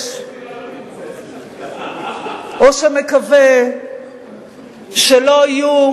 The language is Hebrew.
שחושש או מקווה שלא יהיו,